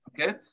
Okay